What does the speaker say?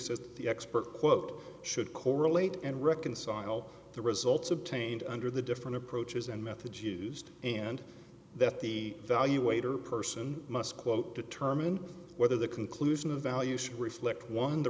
says the expert quote should correlate and reconcile the results obtained under the different approaches and methods used and that the value weight or person must quote determine whether the conclusion of value should reflect one the